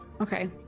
Okay